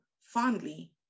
fondly